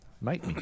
mate